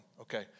Okay